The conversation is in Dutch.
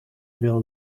wil